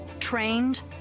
trained